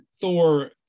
Thor